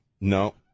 No